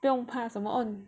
不用怕什么